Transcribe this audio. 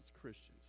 Christians